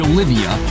Olivia